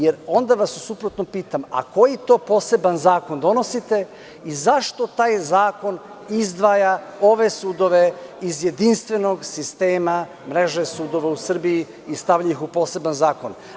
Jer, onda vas u suprotnom pitam, a koji to poseban zakon donosite i zašto taj zakon izdvaja ove sudove iz jedinstvenog sistema mreže sudova u Srbiji i stavlja ih u poseban zakon?